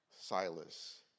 Silas